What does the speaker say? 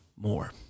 more